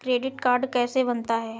Credit card कैसे बनता है?